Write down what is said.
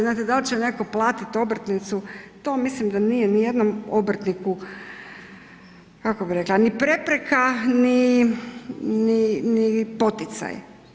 Znate da li će netko platiti obrtnicu, to mislim da nije nijednom obrtniku, kako bi rekla ni prepreka ni poticaj.